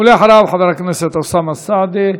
ואחריו, חבר הכנסת אוסאמה סעדי.